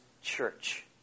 church